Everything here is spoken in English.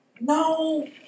no